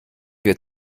wir